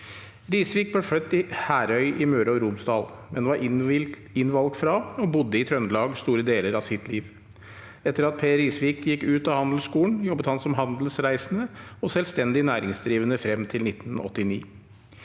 Risvik ble født i Herøy i Møre og Romsdal, men var innvalgt fra og bodde i Trøndelag store deler av sitt liv. Etter at Per Risvik gikk ut av handelsskolen, jobbet han som handelsreisende og selvstendig næringsdrivende frem til 1989.